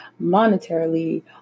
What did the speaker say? monetarily